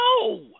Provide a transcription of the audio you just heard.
no